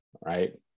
right